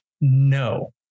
No